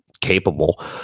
capable